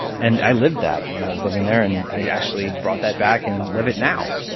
and i lived that when i was living there. and i actually brought that back and live it now.